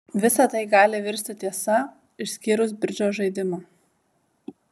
visa tai gali virsti tiesa išskyrus bridžo žaidimą